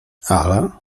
ala